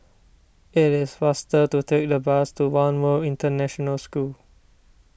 it is faster to take the bus to one World International School